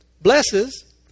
Blesses